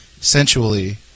Sensually